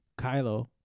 Kylo